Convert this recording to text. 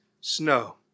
snow